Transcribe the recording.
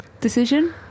decision